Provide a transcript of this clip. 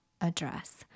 address